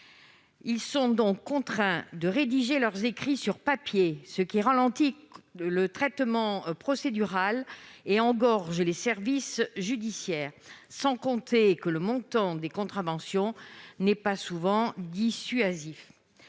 ils sont donc contraints de rédiger leurs écrits sur papier, ce qui ralentit le traitement procédural et engorge les services judiciaires, sans compter que le montant des contraventions n'est souvent pas dissuasif.